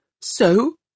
So